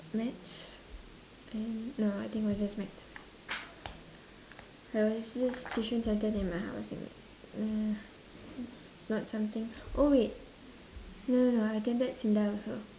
maths and no I think was just maths there was this tuition centre near my house mm not something oh wait no no no I attended SINDA also